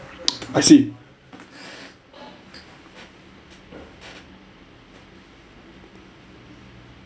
I see